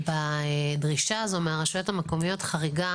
בדרישה הזאת מהרשויות המקומיות יש חריגה